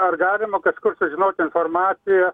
ar galima kažkur sužinot informaciją